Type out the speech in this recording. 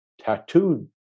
tattooed